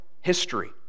history